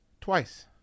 twice